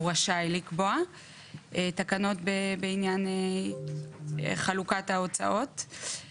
כלומר אמרנו שהוא רשאי לקבוע תקנות בעניין חלוקת ההוצאות.